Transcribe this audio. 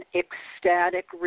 ecstatic